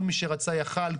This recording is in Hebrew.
כל מי שרצה יכול היה,